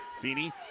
Feeney